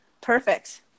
Perfect